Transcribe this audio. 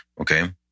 Okay